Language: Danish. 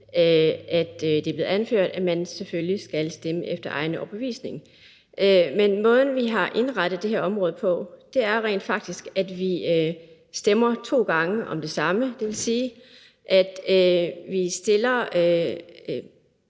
at det er blevet anført, at man selvfølgelig skal stemme efter egen overbevisning. Men måden, vi har indrettet det her område på, er rent faktisk, at vi stemmer to gange om det samme, og det vil sige, at partierne